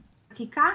בחקיקה.